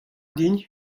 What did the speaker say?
din